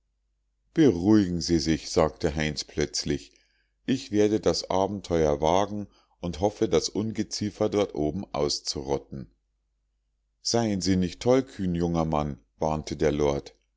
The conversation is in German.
beruhigen sie sich sagte heinz plötzlich ich werde das abenteuer wagen und hoffe das ungeziefer dort oben auszurotten seien sie nicht tollkühn junger mann warnte der lord